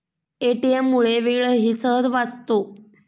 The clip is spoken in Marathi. ए.टी.एम मुळे वेळही सहज वाचतो